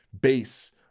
base